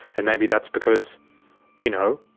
and maybe that's because you know,